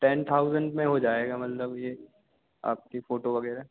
ten thousand में हो जाएगा मतलब ये आपकी फोटो वगैरह